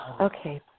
Okay